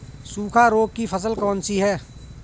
सूखा रोग की फसल कौन सी है?